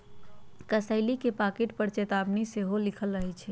कसेली के पाकिट पर चेतावनी सेहो लिखल रहइ छै